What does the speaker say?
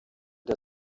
der